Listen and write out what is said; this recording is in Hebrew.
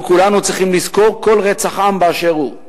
אנחנו כולנו צריכים לזכור כל רצח-עם באשר הוא,